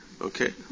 Okay